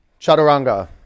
Chaturanga